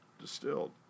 distilled